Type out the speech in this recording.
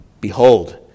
Behold